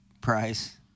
price